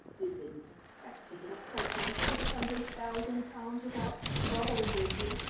you didn't expect to get a fortune of six hundred thousand pounds without trouble, did you?